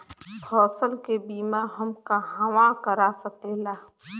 फसल के बिमा हम कहवा करा सकीला?